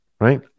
right